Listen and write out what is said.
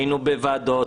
היינו בוועדות,